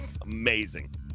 Amazing